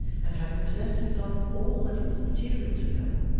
and having possessed himself of all that it was material to know,